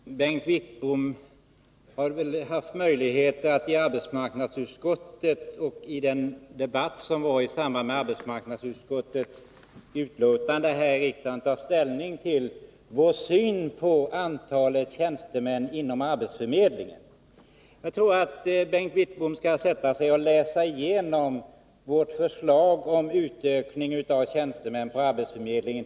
Herr talman! Bengt Wittbom har väl haft möjlighet att i arbetsmarknadsutskottet och här i kammaren i den debatt som fördes i anslutning till behandlingen av arbetsmarknadsutskottets betänkande ta ställning till vår syn på antalet tjänstemän inom arbetsförmedlingen. Jag tror att Bengt Wittbom bör sätta sig ner och läsa igenom vårt förslag om en ökning av antalet tjänstemän på arbetsförmedlingarna.